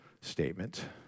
statement